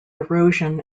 erosion